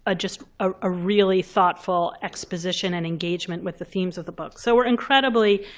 ah just a really thoughtful exposition and engagement with the themes of the book. so we're incredibly,